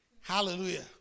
Hallelujah